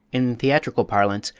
in theatrical parlance,